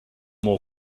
more